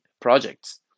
projects